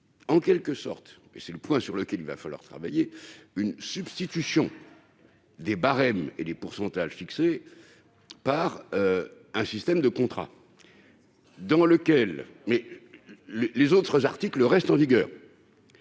En quelque sorte- et c'est le point sur lequel il va falloir travailler -, il prévoit une substitution des barèmes et des pourcentages fixés par un système de contrats individualisés. Les autres articles restent en vigueur,